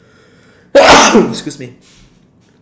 excuse me